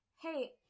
hey